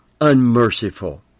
unmerciful